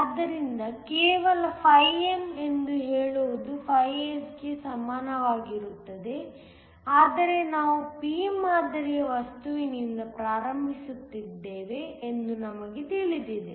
ಆದ್ದರಿಂದ ಕೇವಲ φm ಎಂದು ಹೇಳುವುದು φS ಗೆ ಸಮಾನವಾಗಿರುತ್ತದೆ ಆದರೆ ನಾವು p ಮಾದರಿಯ ವಸ್ತುವಿನಿಂದ ಪ್ರಾರಂಭಿಸುತ್ತಿದ್ದೇವೆ ಎಂದು ನಮಗೆ ತಿಳಿದಿದೆ